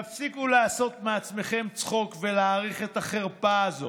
תפסיקו לעשות מעצמכם צחוק ולהאריך את החרפה הזו.